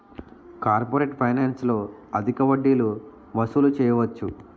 corporate ఫైనాన్స్లో అధిక వడ్డీలు వసూలు చేయవచ్చు